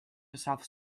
yourself